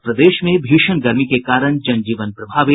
और प्रदेश में भीषण गर्मी के कारण जनजीवन प्रभावित